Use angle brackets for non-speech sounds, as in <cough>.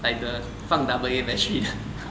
like the 放 double A battery 的 <laughs>